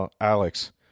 Alex